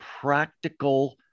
practical